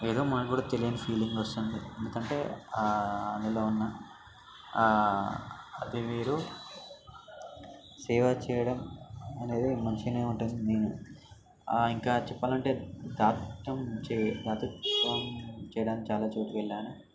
ఏదో మనకి కూడా తెలియని ఫీలింగ్ వస్తుంది ఎందుకంటే అందులో ఉన్న అదే వేరు సేవ చేయడం అనేది మంచిగానే ఉంటుంది నేను ఇంకా చెప్పాలంటే దాతృత్వం చే దాతృత్వం చేయడానికి చాలా చోట్లకి వెళ్ళాను